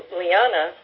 liana